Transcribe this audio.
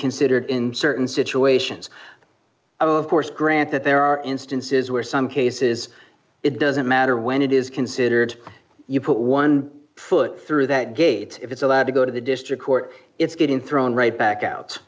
considered in certain situations of course granted there are instances where some cases it doesn't matter when it is considered you put one foot through that gate if it's allowed to go to the district court it's getting thrown right back out